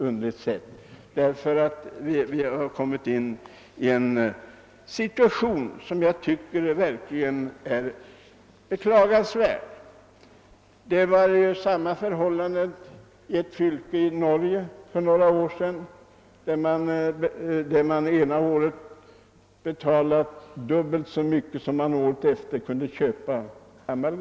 Vi har kommit in i en situation som jag verkligen tycker är beklaglig. Samma förhållanden rådde i ett fylke i Norge för några år sedan; det ena året betalade man där för amalgam dubbelt så mycket som man nästa år kunde köpa det för.